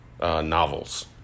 novels